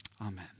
Amen